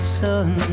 sun